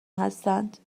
هستند